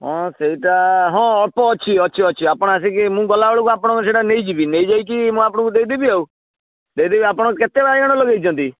ହଁ ସେଇଟା ହଁ ଅଳ୍ପ ଅଛି ଅଛି ଅଛି ଆପଣ ଆସିକି ମୁଁ ଗଲାବେଳକୁ ଆପଣଙ୍କୁ ସେଇଟା ନେଇଯିବି ନେଇଯାଇକି ମୁଁ ଆପଣଙ୍କୁ ଦେଇଦେବି ଆଉ ଦେଇଦେବି ଆପଣ କେତେ ବାଇଗଣ ଲଗେଇଛନ୍ତି